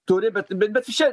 turi bet bet čia